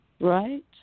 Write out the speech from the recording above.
right